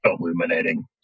illuminating